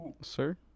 Sir